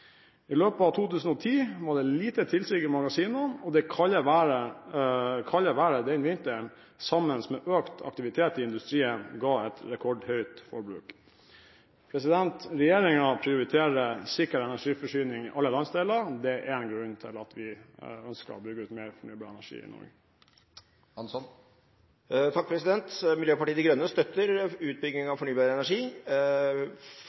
I løpet av 2010 var det lite tilsig i magasinene, og det kalde været den vinteren sammen med økt aktivitet i industrien ga et rekordhøyt forbruk. Regjeringen prioriterer sikker energiforsyning i alle landsdeler. Det er en av grunnene til at vi ønsker å bygge ut mer fornybar energi i Norge. Miljøpartiet De Grønne støtter utbygging